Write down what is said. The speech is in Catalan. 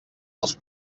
els